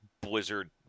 Blizzard